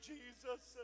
Jesus